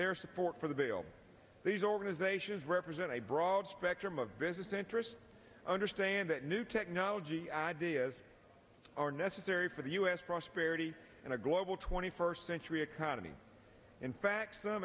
their support for the bail these organizations represent a broad spectrum of business interests understand that new technology ideas are necessary for the u s prosperity and a global twenty first century economy in fact some